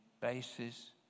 bases